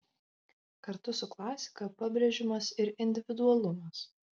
kartu su klasika pabrėžiamas ir individualumas